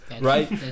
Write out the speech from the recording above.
Right